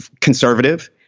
conservative